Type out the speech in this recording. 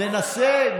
ננסה,